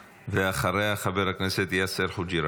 ואחריה, חבר הכנסת יאסר חוג'יראת.